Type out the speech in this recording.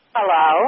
Hello